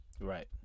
Right